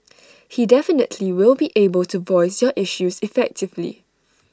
he definitely will be able to voice your issues effectively